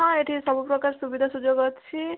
ହଁ ଏଠି ସବୁପ୍ରକାର ସୁବିଧା ସୁଯୋଗ ଅଛି